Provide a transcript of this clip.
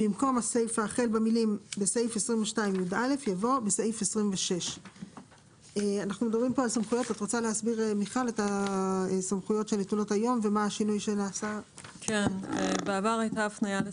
במקום הסיפה החל במילים 22לא"בסעיף 22יא" יבוא "בסעיף 26". הסעיף